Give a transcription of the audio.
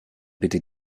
bitte